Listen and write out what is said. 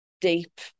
deep